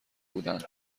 بودند